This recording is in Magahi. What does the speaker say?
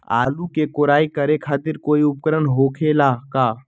आलू के कोराई करे खातिर कोई उपकरण हो खेला का?